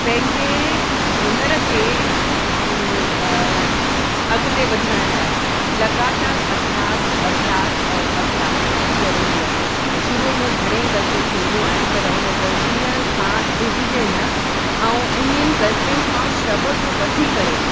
पंहिंजे हुनुर खे अॻिते वधण लाइ लॻातारि अभ्यास अभ्यास और अभ्यास ज़रूरी आहे शुरूअ में घणेईं गल्तियूं थींदियूं आहिनि पर उन गल्तीअ खां ढिघिजे न ऐं उन्हनि गल्तियुनि खां सबबि वठी करे